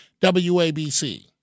WABC